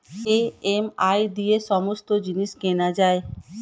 EMI দিয়ে সমস্ত জিনিস কেনা যায়